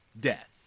death